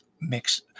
mix